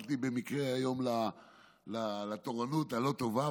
נפלת לי במקרה היום לתורנות הלא-טובה.